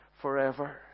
forever